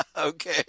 Okay